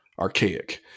archaic